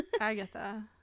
Agatha